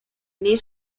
mniej